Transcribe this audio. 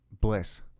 bliss